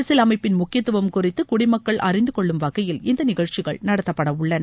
அரசியலமைப்பின் முக்கியத்துவம் குறித்து குடிமக்கள் அழிந்து கொள்ளும் வகையில் இந்த நிகழ்ச்சிகள் நடத்தப்பட உள்ளன